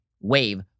wave